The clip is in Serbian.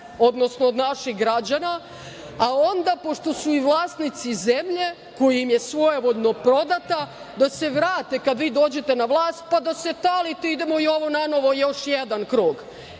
odnosno od naših građana, a onda, pošto su i vlasnici zemlje koja im je svojevoljno prodata, da se vrate kada vi dođete na vlast, pa da se talite, idemo Jovo nanovo još jedan krug. Ne,